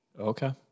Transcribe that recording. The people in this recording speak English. Okay